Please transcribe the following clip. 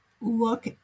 look